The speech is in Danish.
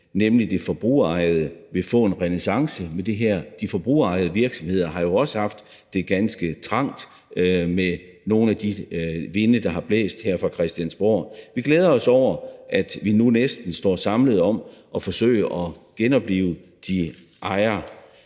nemlig de forbrugerejede, vil få en renæssance med det her. De forbrugerejede virksomheder har jo også haft det ganske trangt med nogle af de vinde, der har blæst her fra Christiansborg. Vi glæder os over, at vi nu næsten står samlet om at forsøge at genoplive de